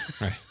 right